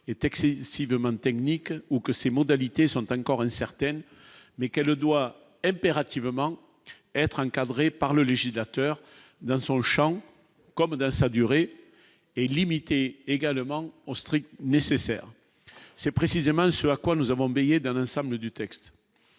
est excessif demande technique ou que ses modalités sont encore incertaines, mais qu'elle doit impérativement être encadré par le législateur d'un sur-le-champ comme à sa durée est limitée également au strict nécessaire, c'est précisément ce à quoi nous avons baigné d'un samedi du texte